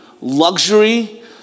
luxury